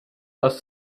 aus